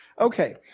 Okay